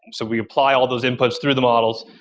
so we apply all those inputs through the models.